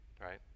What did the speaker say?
right